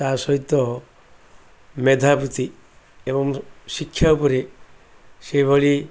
ତା' ସହିତ ମେଧାବୃତ୍ତି ଏବଂ ଶିକ୍ଷା ଉପରେ ସେହିଭଳି